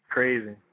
Crazy